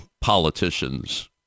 politicians